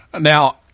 Now